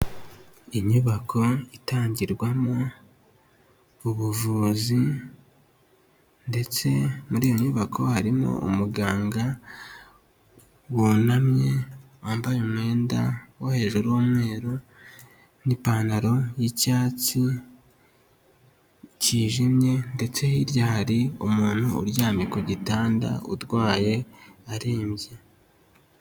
Inyubako itangirwamo ubuvuzi ndetse muri iyo nyubako harimo umuganga wunamye, wambaye umwenda wo hejuru w'umweru n'ipantaro y'icyatsi kijimye ndetse hirya haari umuntu uryamye ku gitanda urwaye arembye.